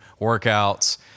workouts